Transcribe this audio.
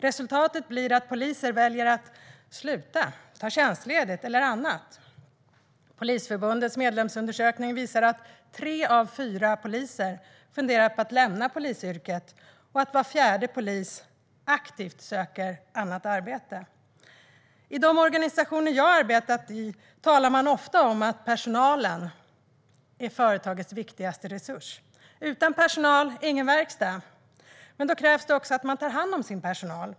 Resultatet blir att poliser väljer att sluta, ta tjänstledigt eller annat. Polisförbundets medlemsundersökning visar att tre av fyra poliser funderar på att lämna polisyrket och att var fjärde polis aktivt söker annat arbete. I de organisationer som jag har arbetat i talar man ofta om att personalen är företagets viktigaste resurs - utan personal, ingen verkstad. Men då krävs det också att man tar hand om sin personal.